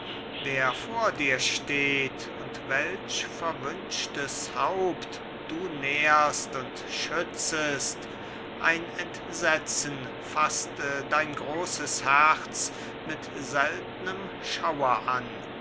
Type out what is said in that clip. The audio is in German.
wer vor dir steht und welch verwünschtes haupt du nährst und schützest ein entsetzen faßte dein großes herz mit seltnem schauer an